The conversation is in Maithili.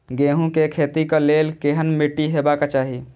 गेहूं के खेतीक लेल केहन मीट्टी हेबाक चाही?